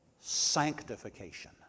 Sanctification